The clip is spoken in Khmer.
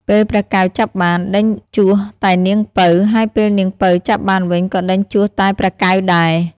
ពេលព្រះកែវចាប់បាន ដេញជួសតែនាងពៅ ហើយពេលនាងពៅចាប់បានវិញ ក៏ដេញជួសតែព្រះកែវដែរ។